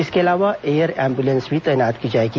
इसके अलावा air ambulance भी तैनात की जायेगी